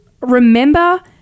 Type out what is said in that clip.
Remember